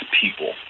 people